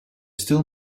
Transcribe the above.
still